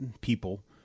people